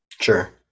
Sure